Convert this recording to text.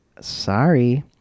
sorry